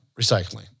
recycling